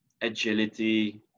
agility